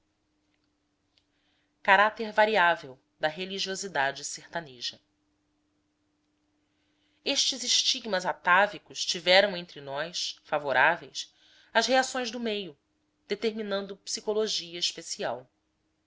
caráter variável da religiosidade sertaneja estes estigmas atávicos tiveram entre nós favoráveis as reações do meio determinando psicologia especial